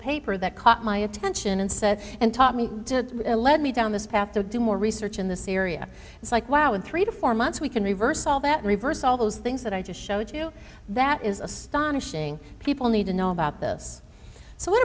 paper that caught my attention and said and taught me to lead me down this path to do more research in this area it's like wow in three to four months we can reverse all that reverse all those things that i just showed you that is astonishing people need to know about this so what